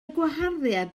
gwaharddiad